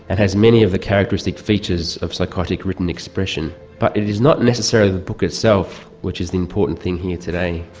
and has many of the characteristic features of psychotic written expression. but it is not necessarily the book itself which is the important thing here today,